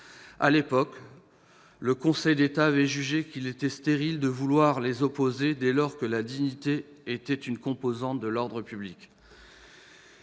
À l'époque, le Conseil d'État avait jugé qu'il était stérile de vouloir les opposer, dès lors que la dignité était une composante de l'ordre public.